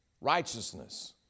Righteousness